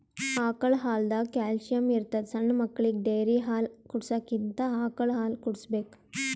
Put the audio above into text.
ಆಕಳ್ ಹಾಲ್ದಾಗ್ ಕ್ಯಾಲ್ಸಿಯಂ ಇರ್ತದ್ ಸಣ್ಣ್ ಮಕ್ಕಳಿಗ ಡೇರಿ ಹಾಲ್ ಕುಡ್ಸಕ್ಕಿಂತ ಆಕಳ್ ಹಾಲ್ ಕುಡ್ಸ್ಬೇಕ್